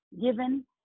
given